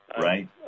Right